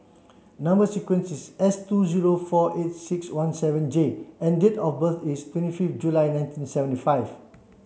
number sequence is S two zero four eight six one seven J and date of birth is twenty fifth July nineteen seventy five